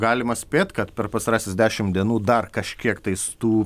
galima spėt kad per pastarąsias dešim dienų dar kažkiek tais tų